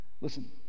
Listen